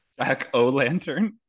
Jack-o'-lantern